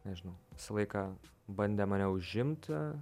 nežinau visą laiką bandė mane užimti